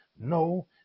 No